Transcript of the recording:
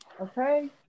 Okay